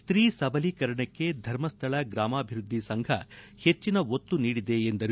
ಸ್ತೀ ಸಬಲೀಕರಣಕ್ಕೆ ಧರ್ಮಸ್ಥಳ ಗ್ರಾಮಾಭಿವದ್ದಿ ಸಂಘ ಹೆಚ್ಚಿನ ಒತ್ತು ನೀಡಿದೆ ಎಂದರು